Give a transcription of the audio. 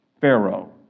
Pharaoh